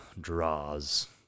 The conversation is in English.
draws